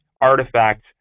artifact